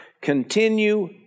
Continue